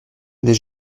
les